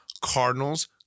Cardinals